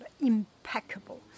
impeccable